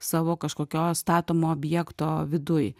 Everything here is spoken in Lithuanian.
savo kažkokio statomo objekto viduj